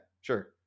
sure